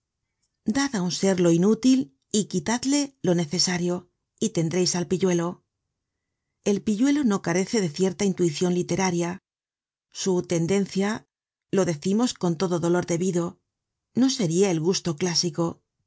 dad á un ser lo inútil y quitadle lo necesario y tendreis el pilluelo el pilluelo no carece de cierta intuicion literaria su tendencia lo decimos con todo dolor debido no seria el gusto clásico